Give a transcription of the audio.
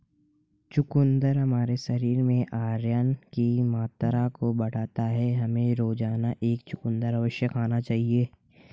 चुकंदर हमारे शरीर में आयरन की मात्रा को बढ़ाता है, हमें रोजाना एक चुकंदर अवश्य खाना चाहिए